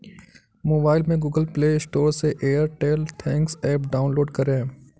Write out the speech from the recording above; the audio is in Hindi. मोबाइल में गूगल प्ले स्टोर से एयरटेल थैंक्स एप डाउनलोड करें